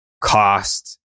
cost